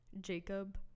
Jacob